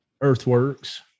earthworks